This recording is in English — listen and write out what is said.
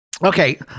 Okay